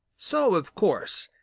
so, of course,